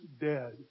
dead